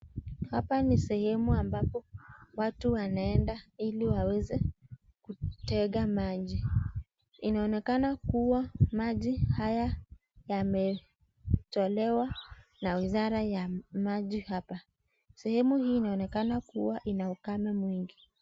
Hapa ni sehemu ambapo watu wanaenda ili waweze kutega maji, inaonekana kuwa maji haya yametolewa na wizara ya maji hapa, sehemu hii inaonekana kuwa ina ukame mwingi.